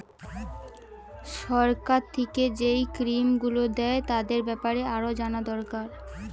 সরকার থিকে যেই স্কিম গুলো দ্যায় তাদের বেপারে আরো জানা দোরকার